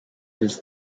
this